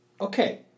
Okay